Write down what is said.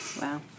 Wow